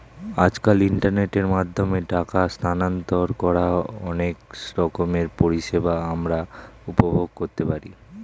আজকাল ইন্টারনেটের মাধ্যমে টাকা স্থানান্তর করার অনেক রকমের পরিষেবা আমরা উপভোগ করতে পারি